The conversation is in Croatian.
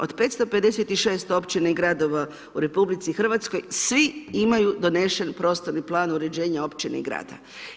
Od 556 općina i gradova u RH, svi imaju donesen prostorni plan uređenja općine i grada.